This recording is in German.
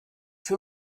für